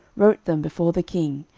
wrote them before the king,